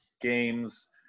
games